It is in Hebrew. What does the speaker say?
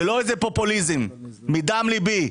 זה לא פופוליזם אלא מדם לבי.